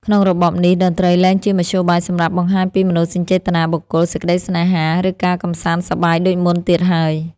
ក្នុងរបបនេះ តន្ត្រីលែងជាមធ្យោបាយសម្រាប់បង្ហាញពីមនោសញ្ចេតនាបុគ្គល សេចក្តីស្នេហា ឬការកម្សាន្តសប្បាយដូចមុនទៀតហើយ។